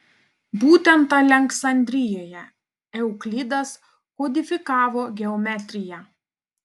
būtent aleksandrijoje euklidas kodifikavo geometriją